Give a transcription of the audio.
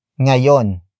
ngayon